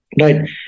Right